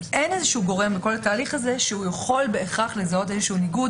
אין איזה גורם בכל התהליך הזה שיכול בהכרח לזהות איזה ניגוד.